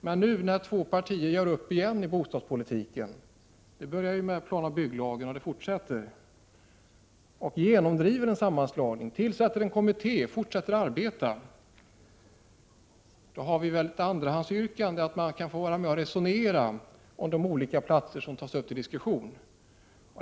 Men nu när två partier på nytt gör upp i bostadspolitiken — det började ju med planoch bygglagen — och genomdriver en sammanslagning, tillsätter en kommitté och fortsätter att arbeta, har vi ett andrahandsyrkande som går ut på att vi bör kunna få vara med och resonera om de olika platser som tas upp till diskussion.